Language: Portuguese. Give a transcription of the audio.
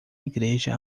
igreja